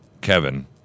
Kevin